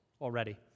already